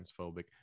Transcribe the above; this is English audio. transphobic